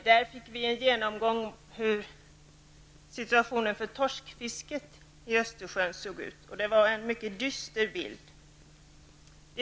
Vi fick där en genomgång av hur situationen såg ut för torskfisket i Östersjön, och det var en mycket dyster bild.